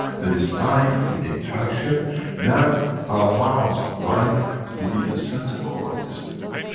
there is life with the interaction that allows life within the center core of this planet.